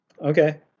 Okay